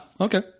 Okay